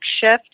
shift